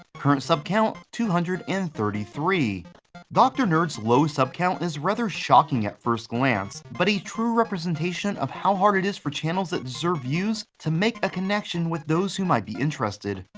current sub count two hundred and thirty three dr. nerd's low sub count is rather shocking at first glance, but a true representation of how hard it is for channels that deserve views to make a connection with those who might be interested.